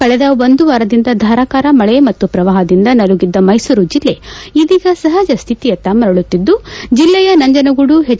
ಕಳೆದ ಒಂದು ವಾರದಿಂದ ಧಾರಾಕಾರ ಮಳೆ ಮತ್ತು ಪ್ರವಾಹದಿಂದ ನಲುಗಿದ್ದ ಮೈಸೂರು ಜಿಲ್ಲೆ ಇದೀಗ ಸಹಜ ಸ್ಥಿತಿಯತ್ತ ಮರಳುತ್ತಿದ್ದು ಜಿಲ್ಲೆಯ ನಂಜನಗೂಡು ಹೆಚ್